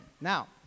now